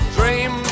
Dream